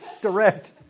direct